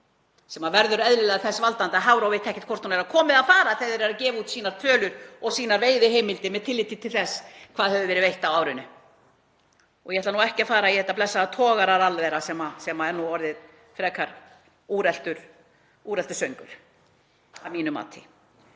sem verður eðlilega þess valdandi að Hafró veit ekkert hvort hún er að koma eða fara þegar hún er að gefa út sínar tölur og sínar veiðiheimildir með tilliti til þess hvað hefur verið veitt á árinu. Og ég ætla ekki að fara í þetta blessaða togararall þeirra sem er nú orðið frekar úreltur söngur að mínu mati.